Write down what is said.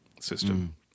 system